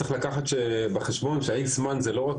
צריך לקחת בחשבון שה-X זמן היא לא רק